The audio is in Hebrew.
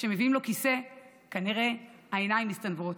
כשמביאים לו כיסא כנראה העיניים מסתנוורות.